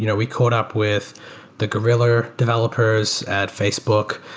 you know we caught up with the gorilla developers at facebook.